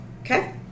Okay